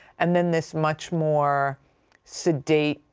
and then, this much more sedate,